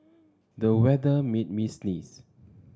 the weather made me sneeze